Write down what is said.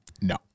no